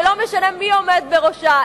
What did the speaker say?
שלא משנה מי עומד בראשה,